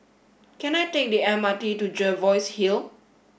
can I take the M R T to Jervois Hill